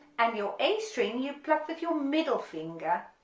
and your a string you pluck with your middle finger,